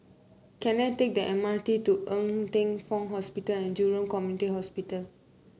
can I take the M R T to Ng Teng Fong Hospital and Jurong Community Hospital